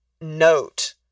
note